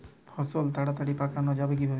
ফসল তাড়াতাড়ি পাকানো যাবে কিভাবে?